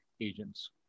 agents